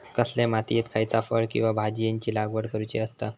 कसल्या मातीयेत खयच्या फळ किंवा भाजीयेंची लागवड करुची असता?